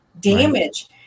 damage